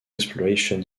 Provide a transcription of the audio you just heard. exploration